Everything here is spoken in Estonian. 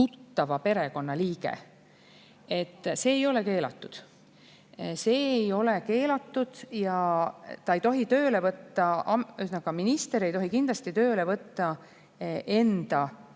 perekonnaliige, siis see ei ole keelatud. See ei ole keelatud. Minister ei tohi kindlasti tööle võtta enda